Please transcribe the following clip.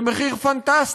זה מחיר פנטסטי.